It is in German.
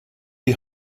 die